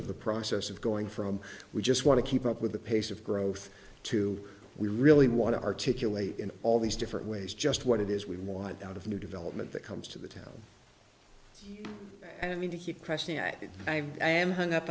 of the process of going from we just want to keep up with the pace of growth to we really want to articulate in all these different ways just what it is we want out of new development that comes to the town i mean he crashing at it i'm i am hung up